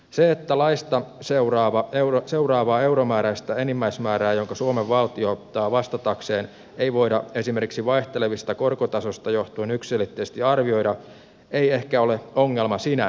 se että laista seuraavaa euromääräistä enimmäismäärää jonka suomen valtio ottaa vastatakseen ei voida esimerkiksi vaihtelevista korkotasoista johtuen yksiselitteisesti arvioida ei ehkä ole ongelma sinänsä